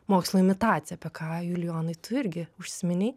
mokslo imitacija apie ką julijonai tu irgi užsiminei